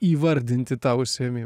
įvardinti tą užsiėmimą